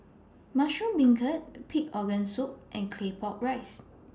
Mushroom Beancurd Pig Organ Soup and Claypot Rice